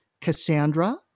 Cassandra